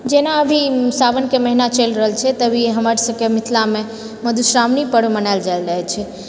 जेना अभी सावनके महिना चलि रहल छै तऽ अभी हमर सबकेँ मिथिलामे मधुश्रावणी पर्व मनाएल जाएल अछि